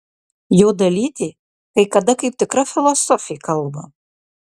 jo dalytė kai kada kaip tikra filosofė kalba